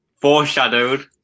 foreshadowed